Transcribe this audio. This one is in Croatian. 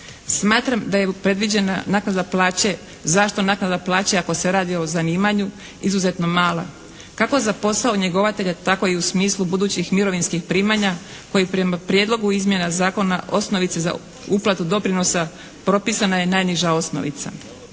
Smatram da je predviđena naknada plaće. Zašto naknada plaće ako se radi o zanimanju izuzetno mala? Kako za posao njegovatelja tako i u smislu budućih mirovinskih primanja koji prema prijedlogu izmjena zakona osnovice za uplatu doprinosa propisana je najniža osnovica.